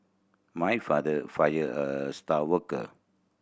my father fired a star worker